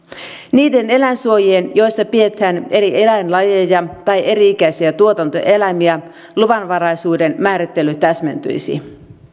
niiden eläinsuojien joissa pidetään eri eläinlajeja tai eri ikäisiä tuotantoeläimiä luvanvaraisuuden määrittely täsmentyisi